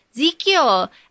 Ezekiel